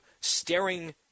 staring